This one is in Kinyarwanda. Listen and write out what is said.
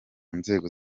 nzego